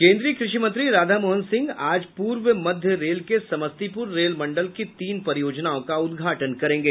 केन्द्रीय कृषि मंत्री राधामोहन सिंह आज पूर्व मध्य रेल के समस्तीपुर रेल मंडल की तीन परियोजनाओं का उद्घाटन करेंगे